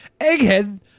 Egghead